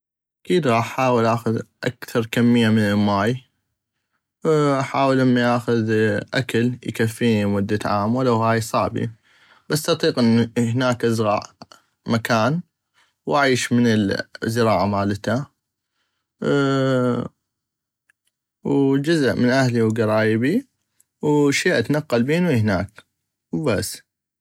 اكيد غاح احاول اكثغ كمبة من الماي احاول همين اخذ اكل اكفيني لمدة عام ولو هاي صعبي بس اطيق هناك ازغع مكان واعيش من الزراعة مالته وجزء من اهلي وكرايبي وشي اتنقل بينو هناك وبس.